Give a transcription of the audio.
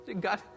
God